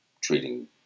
treating